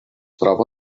troba